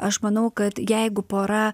aš manau kad jeigu pora